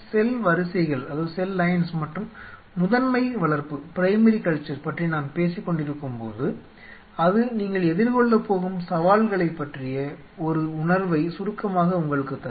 செல் வரிசைகள் மற்றும் முதன்மை வளர்ப்பு பற்றி நாம் பேசிக் கொண்டிருக்கும் போது அது நீங்கள் எதிர்கொள்ளப்போகும் சவால்களைப் பற்றிய ஒரு உணர்வை சுருக்கமாக உங்களுக்கு தரும்